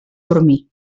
dormir